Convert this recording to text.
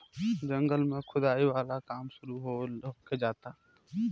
जंगल में खोदाई वाला काम शुरू होखे जाता